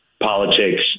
Politics